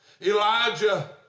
Elijah